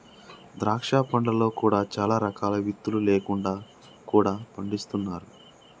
ద్రాక్ష పండ్లలో కూడా చాలా రకాలు విత్తులు లేకుండా కూడా పండిస్తున్నారు